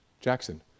Jackson